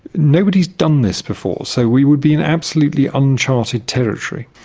nobody has done this before, so we would be in absolutely uncharted territory.